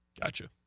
gotcha